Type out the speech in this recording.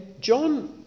John